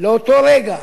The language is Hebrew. לאותו רגע